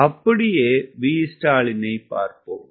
அப்படியே Vstall னைப் பார்ப்போம்